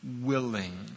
willing